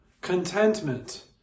contentment